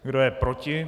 Kdo je proti?